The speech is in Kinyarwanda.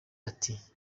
ati